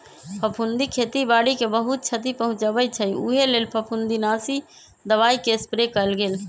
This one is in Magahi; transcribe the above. फफुन्दी खेती बाड़ी के बहुत छति पहुँचबइ छइ उहे लेल फफुंदीनाशी दबाइके स्प्रे कएल गेल